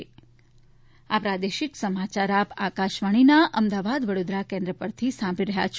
corona સંદેશ આ પ્રાદેશિક સમાચાર આપ આકશવાણીના અમદાવાદ વડોદરા કેન્દ્ર પરથી સાંભળી રહ્યા છે